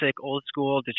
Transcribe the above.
old-school